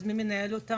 רגע, אז מי מנהל אותם?